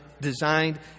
designed